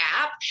app